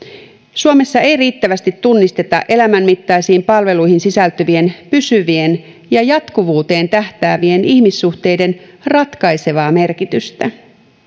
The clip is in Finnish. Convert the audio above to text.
suomessa ei riittävästi tunnisteta elämänmittaisiin palveluihin sisältyvien pysyvien ja jatkuvuuteen tähtäävien ihmissuhteiden ratkaisevaa merkitystä